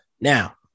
Now